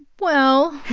well,